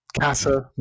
Casa